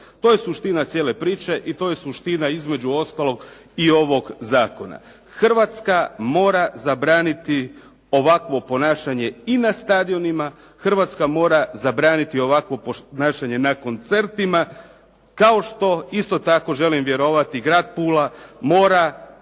To je suština cijele priče i to je suština između ostaloga i ovoga zakona. Hrvatska mora zabraniti ovakvo ponašanje i na stadionima, Hrvatska mora zabraniti ovakvo ponašanje na koncertima, kao što isto tako želim vjerovati grad Pula mora